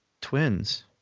twins